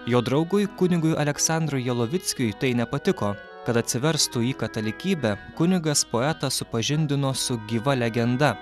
jo draugui kunigui aleksandrui jalovickui tai nepatiko kad atsiverstų į katalikybę kunigas poetas supažindino su gyva legenda